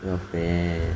your friend